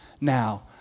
now